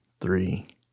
three